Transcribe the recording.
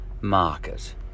market